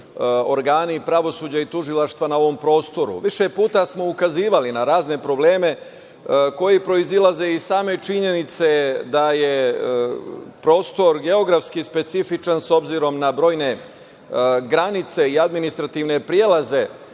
organi pravosuđa i tužilaštva na ovom prostoru. Više puta smo ukazivali na razne probleme koji proizilaze iz same činjenice da je prostor geografski specifičan, s obzirom na brojne granice i administrativne prilaze